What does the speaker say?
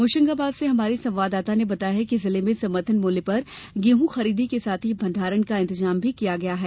होशंगाबाद से हमारे संवाददाता ने बताया है कि जिले में समर्थन मूल्य पर गेहूं खरीदी के साथ ही भण्डारण का इंतजाम भी किया गया है